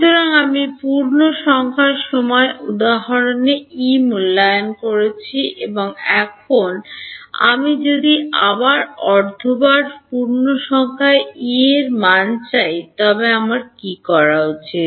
সুতরাং আমি পূর্ণসংখ্যার সময় উদাহরণে E মূল্যায়ন করেছি এবং এখন যদি আমি অর্ধবার পূর্ণসংখ্যায় E এর মান চাই তবে আমার কী করা উচিত